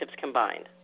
combined